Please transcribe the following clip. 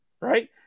right